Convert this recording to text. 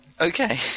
Okay